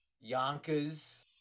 Yonkers